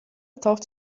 taucht